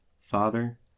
Father